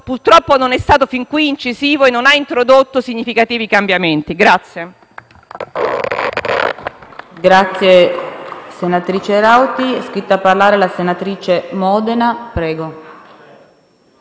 purtroppo non è stato fin qui incisivo e non ha introdotto significativi cambiamenti.